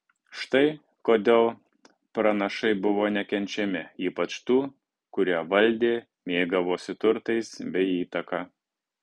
štai kodėl pranašai buvo nekenčiami ypač tų kurie valdė mėgavosi turtais bei įtaka